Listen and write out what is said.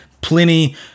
Pliny